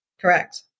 Correct